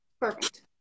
Perfect